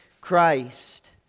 Christ